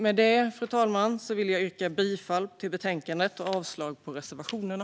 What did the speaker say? Med det, fru talman, vill jag yrka bifall till förslaget i betänkandet och avslag på reservationerna.